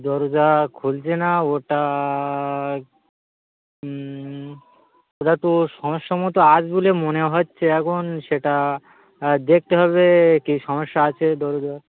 দরজা খুলছে না ওটা ওটা তো সমস্যা মতো আছে বলে মনে হচ্ছে এখন সেটা দেখতে হবে কী সমস্যা আছে দরজার